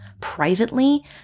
privately